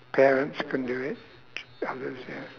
parents can do it others may